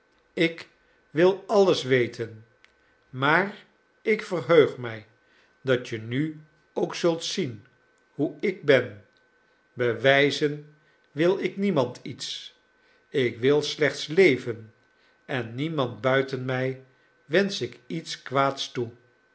ik wil alles weten maar ik verheug mij dat je nu ook zult zien hoe ik ben bewijzen wil ik niemand iets ik wil slechts leven en niemand buiten mij wensch ik iets kwaads toe